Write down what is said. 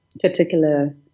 particular